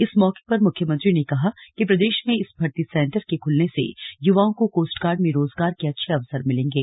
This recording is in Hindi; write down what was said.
इस मौके पर मुख्यमंत्री ने कहा कि प्रदेश में इस भर्ती सेंटर के खुलने से युवाओं को कोस्टगार्ड में रोजगार के अच्छे अवसर मिलेंगे